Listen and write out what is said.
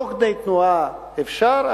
תוך כדי תנועה אפשר,